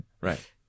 right